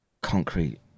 concrete